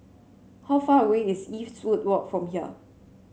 how far away is Eastwood Walk from here